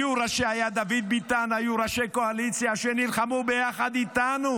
היה דוד ביטן, היו ראשי קואליציה שנלחמו יחד איתנו